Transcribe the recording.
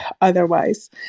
otherwise